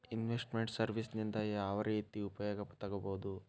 Invest made services ನಿಂದಾ ಯಾವ್ರೇತಿ ಉಪಯೊಗ ತಗೊಬೊದು?